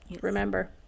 remember